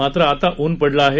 मात्र आता उन पडलं आहे